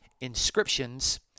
inscriptions